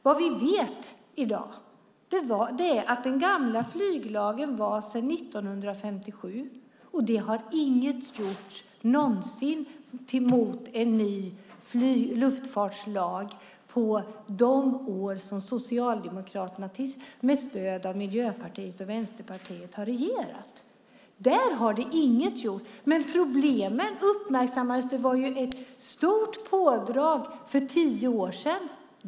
Det vi vet i dag är att den gamla flyglagen är från 1957, och under de år som Socialdemokraterna med stöd av Vänsterpartiet och Miljöpartiet har regerat har inget någonsin gjorts mot en ny luftfartslag. Där har inget gjorts, men problemen har uppmärksammats. Det var ett stort pådrag för tio år sedan.